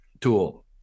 tool